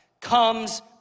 comes